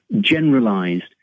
generalized